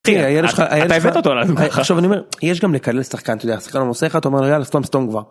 אתה הבאת אותו - עכשיו אני אומר יש גם לקלל שחקן אתה יודע עושה לך אתה אומר לו סתום סתום כבר.